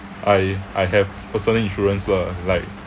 I I have personal insurance lah like